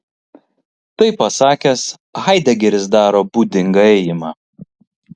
tai pasakęs haidegeris daro būdingą ėjimą